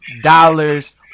dollars